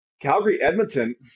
Calgary-Edmonton